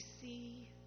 see